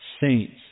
saints